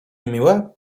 niemiłe